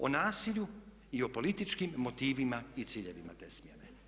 O nasilju i o političkim motivima i ciljevima te smjene.